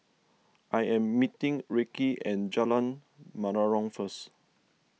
I am meeting Reece at Jalan Menarong first